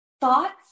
Thoughts